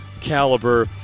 caliber